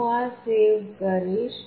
હું આ સેવ કરીશ